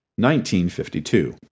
1952